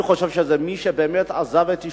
אני חושב שמי שעזב את אשתו,